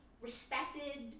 respected